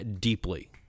deeply